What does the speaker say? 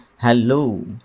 hello